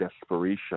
desperation